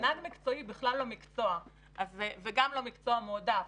נהג מקצועי זה בכלל לא מקצוע וגם לא מקצוע מועדף.